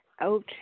out